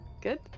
Good